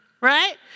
right